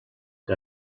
que